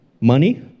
Money